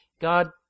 God